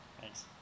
Thanks